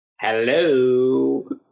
Hello